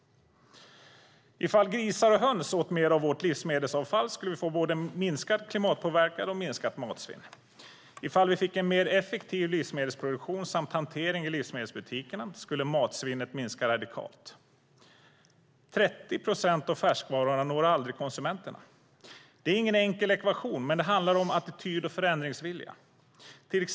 Om grisar och höns åt mer av vårt livsmedelsavfall skulle vi få både minskad klimatpåverkan och minskat matsvinn. Om vi fick en mer effektiv livsmedelsproduktion och hantering i livsmedelsbutikerna skulle matsvinnet minska radikalt. 30 procent av färskvarorna når aldrig konsumenterna. Det är ingen enkel ekvation, men det handlar om attityd och förändringsvilja.